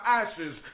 ashes